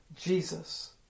Jesus